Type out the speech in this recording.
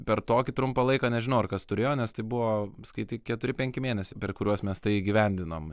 per tokį trumpą laiką nežinau ar kas turėjo nes tai buvo skaityk keturi penki mėnesiai per kuriuos mes tai įgyvendinom